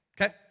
okay